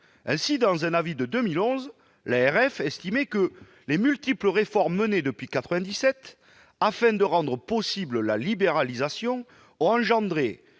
Ainsi, dans un avis de 2011, l'ARF estimait que les multiples réformes menées depuis 1997, afin de rendre la libéralisation possible,